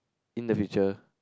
in the future